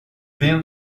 been